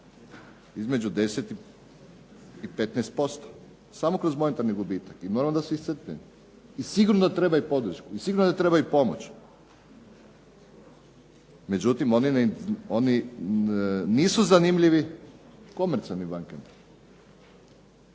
između 10 i 15% samo kroz monetarni gubitak. I normalno da su iscrpljeni. I sigurno trebaju podršku i sigurno da trebaju pomoć. Međutim, oni nisu zanimljivi komercijalnim bankama.